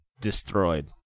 destroyed